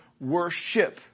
worship